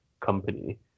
company